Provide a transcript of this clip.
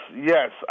yes